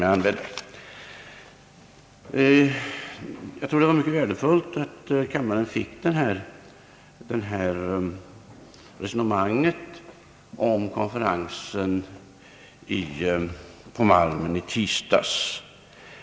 Jag tror att det var mycket värdefullt att kammaren fick det här resonemanget om konferensen på Malmen i tisdags.